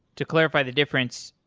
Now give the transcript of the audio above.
to clarify the difference,